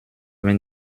vingt